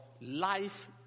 life